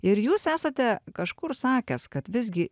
ir jūs esate kažkur sakęs kad visgi